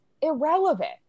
irrelevant